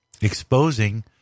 exposing